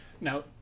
Now